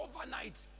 overnight